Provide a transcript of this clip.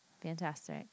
Fantastic